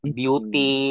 beauty